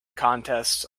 contests